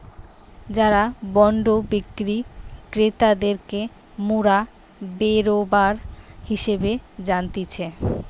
যারা বন্ড বিক্রি ক্রেতাদেরকে মোরা বেরোবার হিসেবে জানতিছে